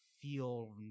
feel